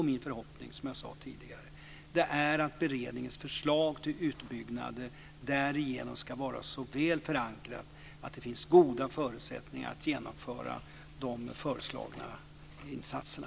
Min förhoppning är, som jag sade tidigare, att beredningens förslag till utbyggnader därigenom ska vara så väl förankrat att det finns goda förutsättningar att genomföra de föreslagna insatserna.